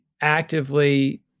actively